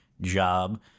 job